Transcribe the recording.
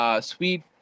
sweet